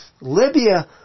Libya